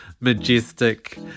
majestic